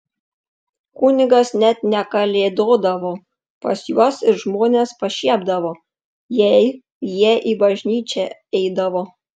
kunigas net nekalėdodavo pas juos ir žmonės pašiepdavo jei jie į bažnyčią eidavo